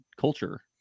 culture